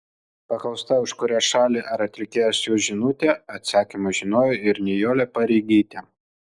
paklausta už kurią šalį ar atlikėją siųs žinutę atsakymą žinojo ir nijolė pareigytė